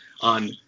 on